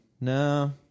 No